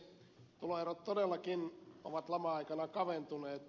tuloerot todellakin ovat laman aikana kaventuneet